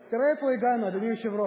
תראה לאיפה הגענו, אדוני היושב-ראש.